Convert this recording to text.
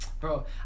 bro